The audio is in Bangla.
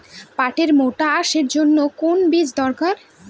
পাটের মোটা আঁশের জন্য কোন বীজ দরকার?